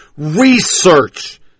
research